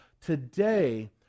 Today